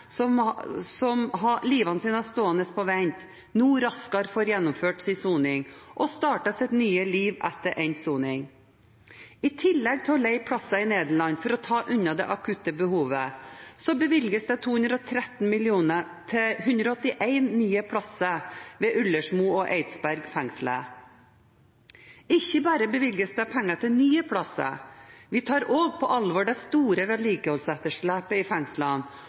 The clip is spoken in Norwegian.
som har livet sitt stående på vent, nå raskere får gjennomført sin soning og startet sitt nye liv etter endt soning. I tillegg til å leie plasser i Nederland for å ta unna det akutte behovet, bevilges det 213 mill. kr til 181 nye plasser ved fengslene Ullersmo og Eidsberg. Ikke bare bevilges det penger til nye plasser, vi tar også på alvor det store vedlikeholdsetterslepet i fengslene